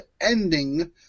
ending